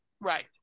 Right